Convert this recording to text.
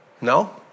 No